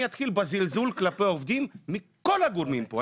אני אתחיל בזלזול כלפי עובדים מכל הגורמים פה,